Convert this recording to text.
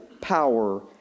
power